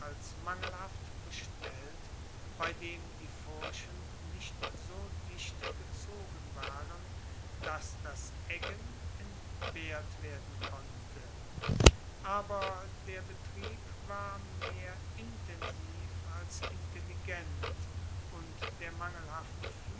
mangelhaft bestellt bei dem die furchen nicht so dicht gezogen waren dass das eggen entbehrt werden konnte aber der betrieb war mehr intensiv als intelligent und der mangelhafte